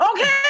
Okay